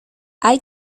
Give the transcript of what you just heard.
hay